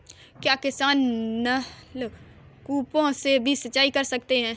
क्या किसान नल कूपों से भी सिंचाई कर सकते हैं?